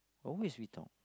always we talk